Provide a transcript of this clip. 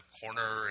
corner